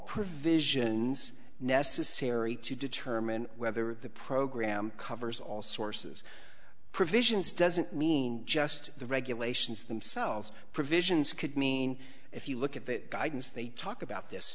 provisions necessary to determine whether the program covers all sources provisions doesn't mean just the regulations themselves provisions could mean if you look at that guidance they talk about this